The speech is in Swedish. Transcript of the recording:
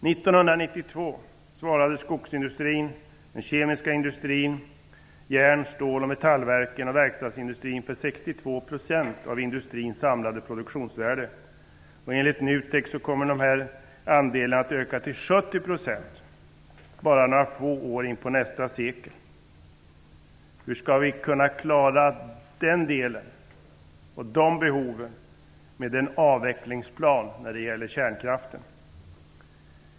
1992 svarade skogsindustrin, den kemiska industrin, järn-, stål och metallverken samt verkstadsindustrin för 62 % av industrins samlade produktionsvärde. Enligt NUTEK kommer den här andelen att öka till 70 % bara några få år in på nästa sekel. Hur skall vi kunna klara den delen och de behoven med en avvecklingsplan för kärnkraften?